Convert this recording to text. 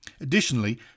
Additionally